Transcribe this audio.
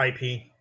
IP